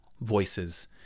voices